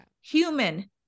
Human